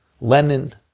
Lenin